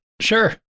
sure